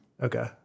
Okay